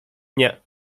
nie